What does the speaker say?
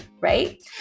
right